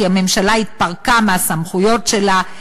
כי הממשלה התפרקה מהסמכויות שלה,